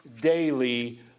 daily